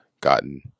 gotten